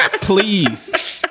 Please